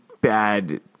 bad